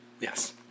Yes